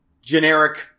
generic